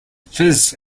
fizz